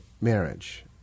marriage